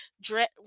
dread